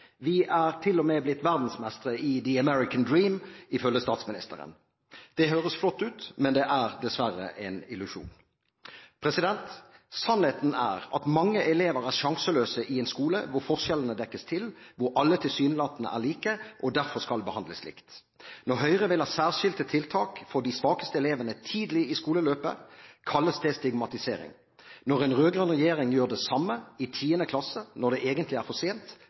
til og med blitt verdensmestre i «The american dream», ifølge statsministeren. Det høres flott ut, men det er dessverre en illusjon. Sannheten er at mange elever er sjanseløse i en skole hvor forskjellene dekkes til, hvor alle tilsynelatende er like og derfor skal behandles likt. Når Høyre vil ha særskilte tiltak for de svakeste elevene tidlig i skoleløpet, kalles det stigmatisering. Når en rød-grønn regjering gjør det samme i 10. klasse, når det egentlig er for sent,